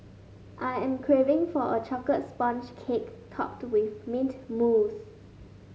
I am craving for a chocolate sponge cake topped with mint mousse